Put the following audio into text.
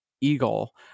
eagle